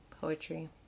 poetry